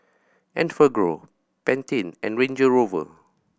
Enfagrow Pantene and Range Rover